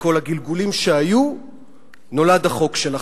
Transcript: וכל הגלגולים שהיו נולד החוק שלכם.